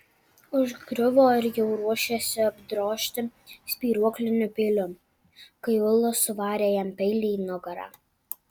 užgriuvo ir jau ruošėsi apdrožti spyruokliniu peiliu kai ula suvarė jam peilį į nugarą